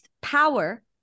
power